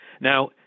Now